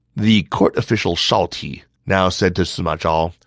the court official shao ti now said to sima zhao,